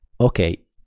okay